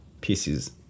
pieces